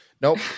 Nope